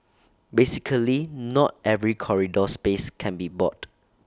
basically not every corridor space can be bought